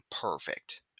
perfect